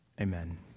Amen